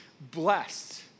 blessed